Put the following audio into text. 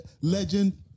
legend